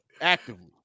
Actively